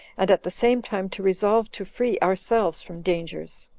and at the same time to resolve to free ourselves from dangers.